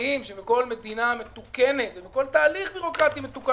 בסיסיים שבכל מדינה מתוקנת ובכל תהליך ביורוקרטי מתוקן